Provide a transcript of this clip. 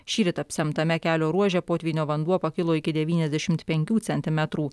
šįryt apsemtame kelio ruože potvynio vanduo pakilo iki devyniasdešimt penkių centimetrų